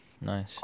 nice